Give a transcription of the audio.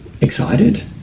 excited